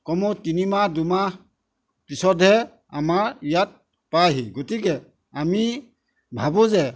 কমেও তিনিমাহ দুমাহ পিছতহে আমাৰ ইয়াত পায়হি গতিকে আমি ভাবোঁ যে